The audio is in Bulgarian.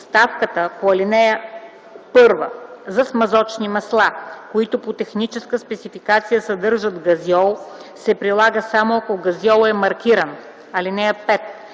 Ставката по ал. 1 за смазочни масла, които по техническа спецификация съдържат газьол, се прилага, само ако газьолът е маркиран. (5)